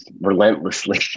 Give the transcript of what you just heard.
relentlessly